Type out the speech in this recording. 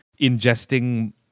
ingesting